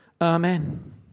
Amen